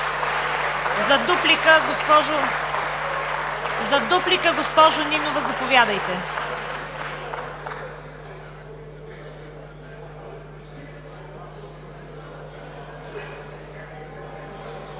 За дуплика, госпожо Нинова, заповядайте.